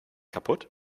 kaputt